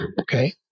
Okay